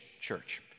church